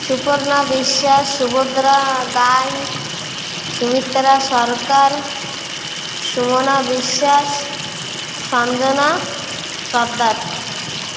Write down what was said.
Suparna Biswas Subhadra Ghai Sumitra Sarkar Suman Biswas Sanjana Sardar